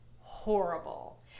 horrible